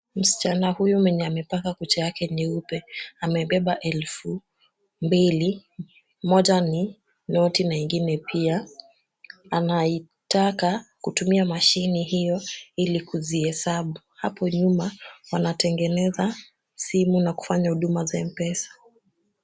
Msichana huyu mwenye amepaka kucha yake nyeupe amebeba elfu mbili. Moja ni noti na ingine pia. Anaitaka kutumia mashini hiyo ili kuzihesabu. Hapo nyuma wanatengeneza simu na kufanya huduma za M-Pesa.